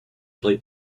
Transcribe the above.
played